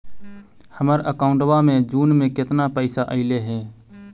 हमर अकाउँटवा मे जून में केतना पैसा अईले हे?